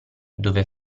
dove